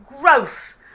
growth